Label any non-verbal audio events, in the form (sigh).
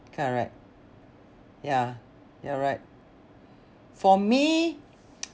correct yeah you are right for me (noise)